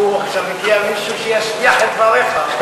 או, עכשיו מגיע מישהו שישביח את דבריך.